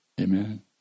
Amen